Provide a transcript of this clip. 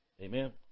Amen